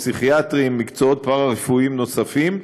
פסיכיאטרים ובעלי מקצועות פארה-רפואיים נוספים.